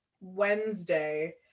Wednesday